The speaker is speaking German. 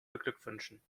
beglückwünschen